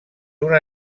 una